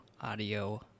audio